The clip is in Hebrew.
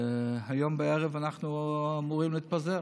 והיום בערב אנחנו אמורים להתפזר,